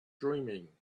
dreaming